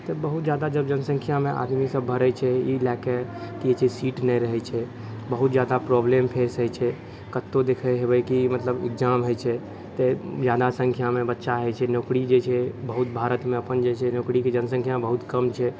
तऽ बहुत ज्यादा जनसंख्यामे जब आदमीसब भरै छै ई लऽ कऽ कि सीट नहि रहै छै बहुत ज्यादा प्राॅब्लम फेस होइ छै कतहु देखै हेबै कि मतलब एक्जाम होइ छै तऽ ज्यादा संख्यामे बच्चा होइ छै नौकरी जे छै बहुत भारतमे अपन जे छै नौकरीके जनसंख्या बहुत कम छै